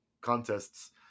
contests